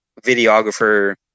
videographer